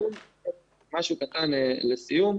עוד משהו לסיום.